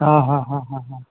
હાં હાં હાં હાં હાં